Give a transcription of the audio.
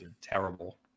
terrible